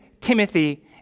Timothy